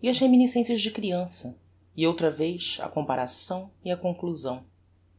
e as reminiscencias de criança e outra vez a comparação e a conclusão